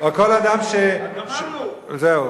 או כל אדם, גמרנו, אוקיי.